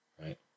right